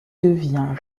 devient